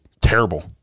terrible